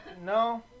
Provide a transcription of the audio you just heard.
No